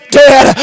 dead